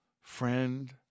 friend